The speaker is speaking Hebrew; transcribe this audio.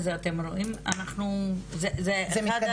אז אתם רואים --- זה מתקדם.